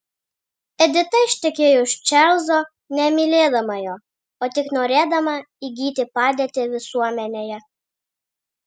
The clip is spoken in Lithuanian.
edita ištekėjo už čarlzo nemylėdama jo o tik norėdama įgyti padėtį visuomenėje